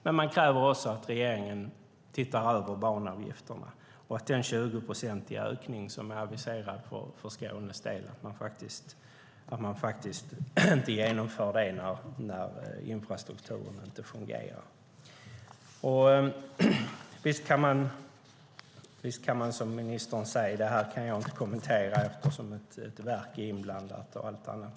Men man kräver också att regeringen tittar över banavgifterna och inte genomför den 20-procentiga ökning som är aviserad för Skånes del när infrastrukturen inte fungerar. Visst kan man säga som ministern, att hon inte kan kommentera det här eftersom ett verk är inblandat och allt annat.